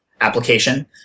application